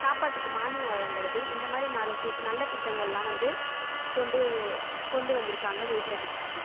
சாப்பாட்டுக்கு மானியம் வழங்குறது இந்த மாதிரி நல நல்ல திட்டங்கள்லாம் வந்து கொண்டு கொண்டு வந்துருக்காங்க விழுப்புரம் டிஸ்ட்ரிக்ட்டில்